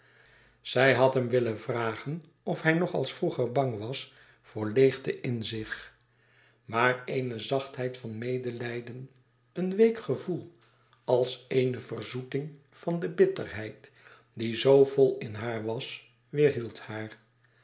zij had hem willen vragen of hij nog als vroeger bang was voor leêgte n zich maar eene zachtheid van medelijden een week gevoel als eene verzoeting van de bitterheid die zoo vol in haar was weêrhield haar